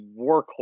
workhorse